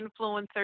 influencer